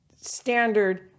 standard